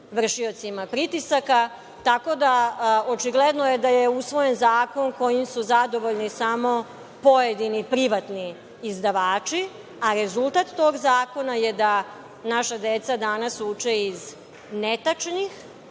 vršiocima pritisaka. Tako da očigledno je da je usvojen zakon kojim su zadovoljni samo pojedini privatni izdavači, a rezultat tog zakona je da naša deca uče iz netačnih,